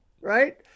right